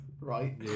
right